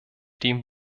dem